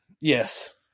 Yes